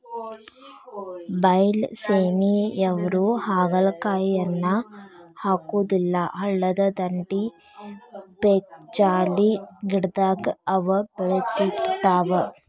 ಬೈಲಸೇಮಿಯವ್ರು ಹಾಗಲಕಾಯಿಯನ್ನಾ ಹಾಕುದಿಲ್ಲಾ ಹಳ್ಳದ ದಂಡಿ, ಪೇಕ್ಜಾಲಿ ಗಿಡದಾಗ ಅವ ಬೇಳದಿರ್ತಾವ